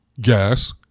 gas